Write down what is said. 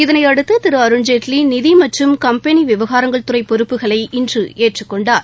இதனை அடுத்து திரு அருண்ஜேட்லி நிதி மற்றும் கம்பெனி விவகாரங்கள் துறை பொறுப்புகளை இன்று ஏற்றுக்கொண்டார்